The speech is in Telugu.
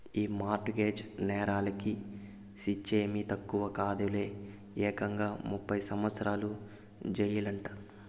ఈ మార్ట్ గేజ్ నేరాలకి శిచ్చేమీ తక్కువ కాదులే, ఏకంగా ముప్పై సంవత్సరాల జెయిలంట